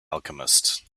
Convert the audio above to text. alchemist